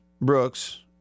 Brooks